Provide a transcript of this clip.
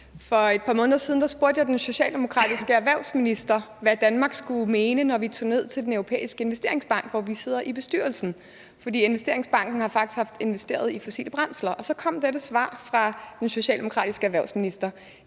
For et par måneder siden spurgte jeg den socialdemokratiske erhvervsminister, hvad Danmark skulle mene, når vi tog ned til Den Europæiske Investeringsbank, hvor vi sidder i bestyrelsen. For investeringsbanken har faktisk investeret i fossile brændsler, og der kom så dette svar fra den socialdemokratiske erhvervsminister: